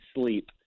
sleep